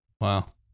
Wow